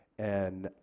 and